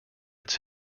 its